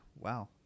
Wow